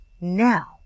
now